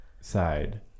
side